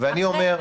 ואני אומר לך,